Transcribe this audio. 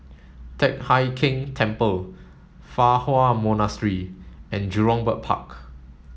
Teck Hai Keng Temple Fa Hua Monastery and Jurong Bird Park